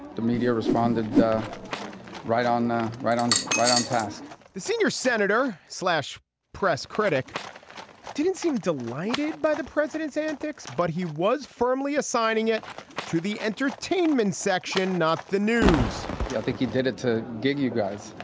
the media responded. right on right on right on task the senior senator slash press critic didn't seem delighted by the president's antics but he was firmly assigning it to the entertainment section not the news yeah i think he did it to get you guys.